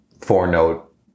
four-note